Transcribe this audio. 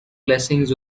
blessings